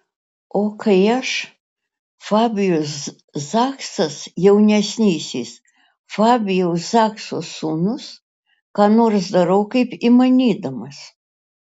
o kai aš fabijus zachsas jaunesnysis fabijaus zachso sūnus ką nors darau kaip įmanydamas